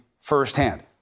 firsthand